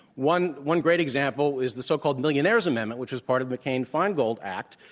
one one great example is the so-called millionaires amendment, which was part of mccain-feingold act.